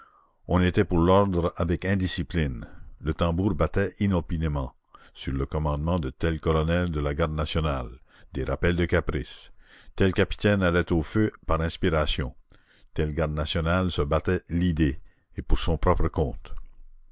on était pour l'ordre avec indiscipline le tambour battait inopinément sur le commandement de tel colonel de la garde nationale des rappels de caprice tel capitaine allait au feu par inspiration tel garde national se battait d'idée et pour son propre compte